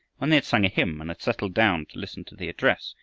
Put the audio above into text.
when they had sung a hymn and had settled down to listen to the address,